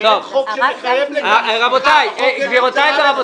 ואין חוק שמחייב --- גבירותיי ורבותיי,